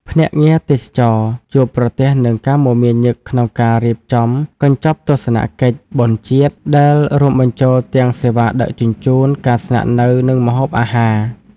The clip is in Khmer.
ភ្នាក់ងារទេសចរណ៍ជួបប្រទះនឹងការមមាញឹកក្នុងការរៀបចំកញ្ចប់ទស្សនកិច្ច "បុណ្យជាតិ" ដែលរួមបញ្ចូលទាំងសេវាដឹកជញ្ជូន ការស្នាក់នៅ និងម្ហូបអាហារ។